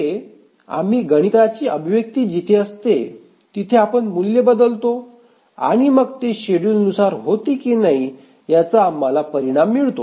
पुढे आम्ही गणिताची अभिव्यक्ती जिथे असते तिथे आपण मूल्ये बदलतो आणि मग ते शेड्युल नुसार होते की नाही याचा आम्हाला परिणाम मिळतो